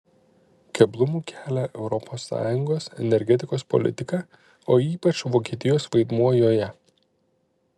keblumų kelia europos sąjungos energetikos politika o ypač vokietijos vaidmuo joje